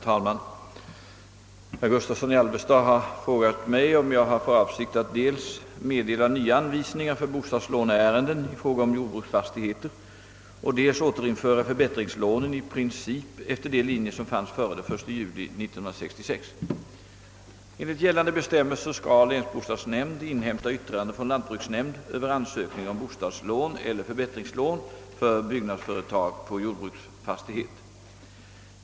Herr talman! Herr Gustavsson i Alvesta har frågat mig om jag har för avsikt att dels meddela nya anvisningar för bostadslåneärenden i fråga om jordbruksfastigheter och dels återinföra förbättringslånen i princip efter de linjer som fanns före den 1 juli 1966. Enligt gällande bestämmelser skall länsbostadsnämnd inhämta yttrande från lantbruksnämnd över ansökning om bostadslån eller förbättringslån för byggnadsföretag på jordbruksfastighet.